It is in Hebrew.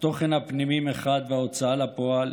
התוכן הפנימי מחד, וההוצאה לפועל,